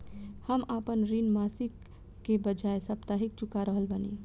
हम आपन ऋण मासिक के बजाय साप्ताहिक चुका रहल बानी